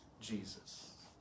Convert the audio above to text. Jesus